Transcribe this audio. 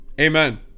amen